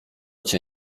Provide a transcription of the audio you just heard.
cię